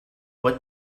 what